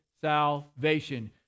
salvation